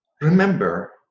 remember